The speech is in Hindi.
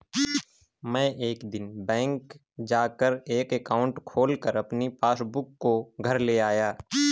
मै एक दिन बैंक जा कर एक एकाउंट खोलकर अपनी पासबुक को घर ले आया